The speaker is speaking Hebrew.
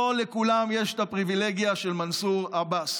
לא לכולם יש את הפריבילגיה של מנסור עבאס.